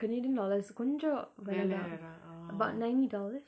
canadian dollars கொஞ்சோ வேணா:konjo vena about ninety dollars